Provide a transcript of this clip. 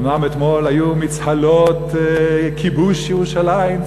אומנם אתמול היו מצהלות כיבוש ירושלים,